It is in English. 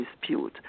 dispute